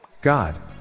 God